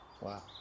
Wow